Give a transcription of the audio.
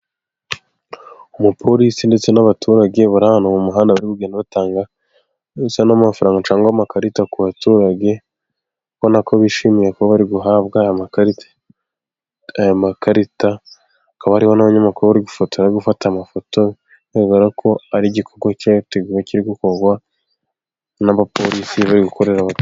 Umupolisi ndetse n'abaturage bari ahantu mu muhanda bigaragara ko bari gutanga ibisa n'amafaranga cyangwa se amakarita ku baturage. Urabona ko bishimiye kuba bari guhabwa aya amakarita. Hakaba hariho n'abanyamaku bari gufotora, bari gufata amafoto. Bigaragara ko ari igikorwa cyateguwe, kiri gukorwa n'abapolisi bari gukorera abaturage.